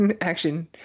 action